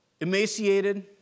emaciated